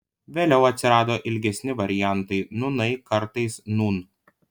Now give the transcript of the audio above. vėliau atsirado ilgesni variantai nūnai kartais nūn